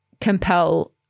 compel